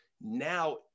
now